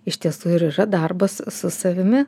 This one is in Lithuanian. iš tiesų ir yra darbas su savimi